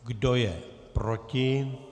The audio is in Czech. Kdo je proti?